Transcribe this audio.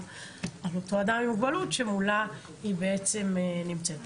על אותו אדם עם מוגבלות שמולה היא בעצם נמצאת.